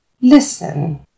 Listen